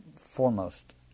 foremost